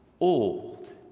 old